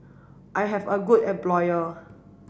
I have a good employer